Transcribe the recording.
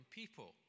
people